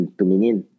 tumingin